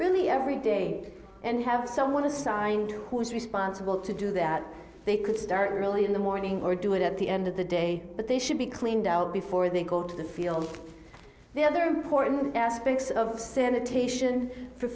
really every day and have someone assigned who is responsible to do that they could start early in the morning or do it at the end of the day but they should be cleaned out before they go to the field the other aspects of sanitation for